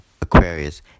aquarius